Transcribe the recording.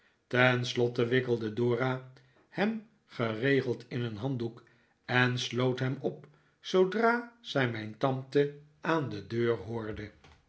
ten slotte wikkelde dora hem geregeld in een handdoek en sloot hem op zoodra zij mijn tante aan de deur hoorde